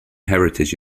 heritage